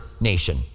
nation